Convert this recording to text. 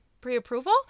pre-approval